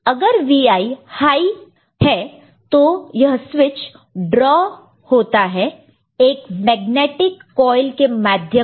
अगर Vi high है तो यह स्विच ड्रॉ होता है एक मैग्नेटिक कॉइल के माध्यम से